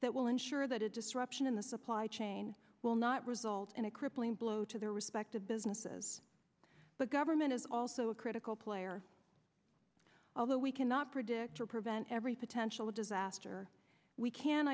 that will ensure that a disruption in the supply chain will not result in a crippling blow to their respective businesses but government is also a critical player although we cannot predict or prevent every potential disaster we can